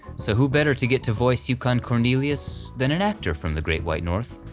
so who better to get to voice yukon cornelius than an actor from the great white north,